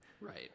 Right